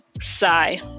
Sigh